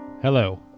hello